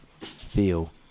Feel